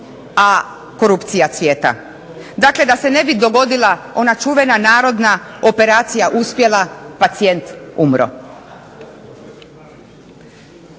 a korupcija cvjeta. Dakle, da se ne bi dogodila ona čuvena narodna, operacija uspjela pacijent umro.